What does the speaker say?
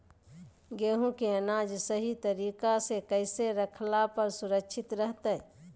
गेहूं के अनाज सही तरीका से कैसे रखला पर सुरक्षित रहतय?